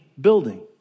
building